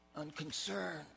unconcerned